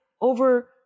over